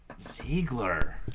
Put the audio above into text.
Ziegler